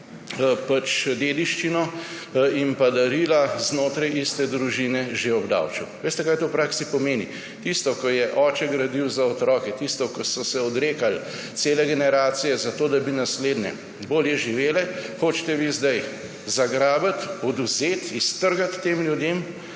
dediščino in darila znotraj iste družine, že obdavčil. Veste, kaj to v praksi pomeni? Tisto, kar je oče gradil za otroke, tisto, za kar so se odrekali, cele generacije, zato da bi naslednje bolje živele, hočete vi zdaj zagrabiti, odvzeti, iztrgati tem ljudem